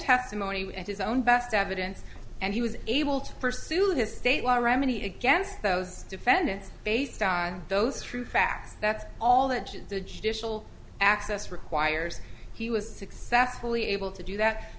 testimony and his own best evidence and he was able to pursue this state law remedy against those defendants based on those true facts that's all that shit the judicial access requires he was successfully able to do that